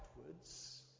outwards